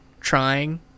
trying